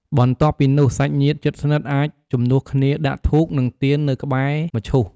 បន្ទាប់ពីនោះ សាច់ញាតិជិតស្និទ្ធអាចជំនួសគ្នាដាក់ធូប និងទៀននៅក្បែរមឈូស។